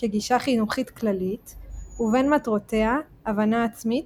כגישה חינוכית כללית ובין מטרותיה הבנה עצמית,